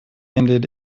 ended